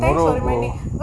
oh tomorrow